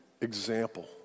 example